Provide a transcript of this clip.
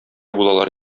булалар